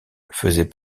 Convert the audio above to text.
faisait